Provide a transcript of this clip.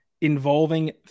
involving